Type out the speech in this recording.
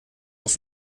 auf